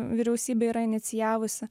vyriausybė yra inicijavusi